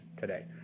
today